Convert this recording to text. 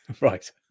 Right